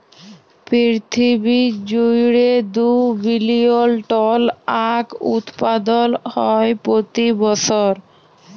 পিরথিবী জুইড়ে দু বিলিয়ল টল আঁখ উৎপাদল হ্যয় প্রতি বসর